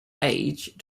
age